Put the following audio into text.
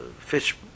fish